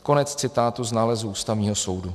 Konec citátu z nálezu Ústavního soudu.